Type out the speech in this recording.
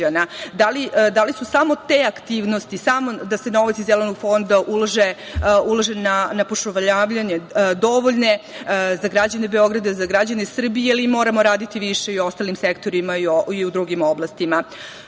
Da li su samo te aktivnosti, samo da se novac iz zelenog fonda ulaže na pošumljavanje dovoljne za građane Beograda, za građane Srbije ili moramo raditi više i u ostalim sektorima i u drugim oblastima. Razumem